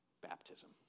baptism